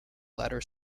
latter